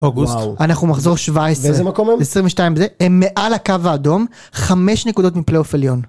- אוגוסט - וואו - אנחנו מחזור 17 - ואיזה מקום הם? - 22 זה, הם מעל הקו האדום, 5 נקודות מפלייאוף עליון